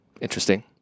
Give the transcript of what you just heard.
interesting